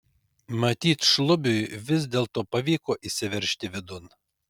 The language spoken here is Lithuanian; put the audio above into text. matyt šlubiui vis dėlto pavyko įsiveržti vidun